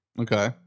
Okay